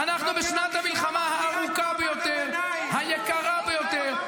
אנחנו בשנת המלחמה הארוכה ביותר, היקרה ביותר.